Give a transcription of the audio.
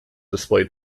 display